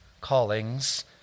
callings